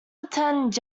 attends